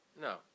no